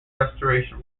restoration